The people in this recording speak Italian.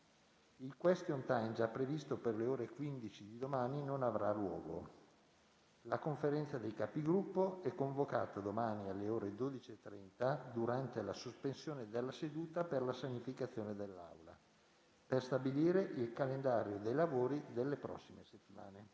Il *question time*, già previsto per le ore 15 di domani, non avrà luogo. La Conferenza dei Capigruppo è convocata domani, alle ore 12,30, durante la sospensione della seduta per la sanificazione dell'Aula, per stabilire il calendario dei lavori delle prossime settimane.